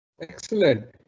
Excellent